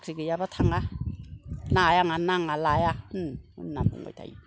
साख्रि गैयाबा थाङा नाङाबा लाया होन होननानै बुंबाय थायो